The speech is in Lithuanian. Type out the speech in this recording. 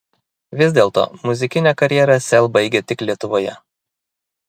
vis dėlto muzikinę karjerą sel baigia tik lietuvoje